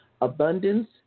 Abundance